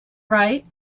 right